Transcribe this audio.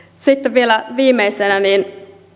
sitten vielä viimeisenä